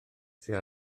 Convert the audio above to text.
sydd